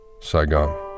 Saigon